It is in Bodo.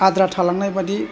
आद्रा थालांनाय बादि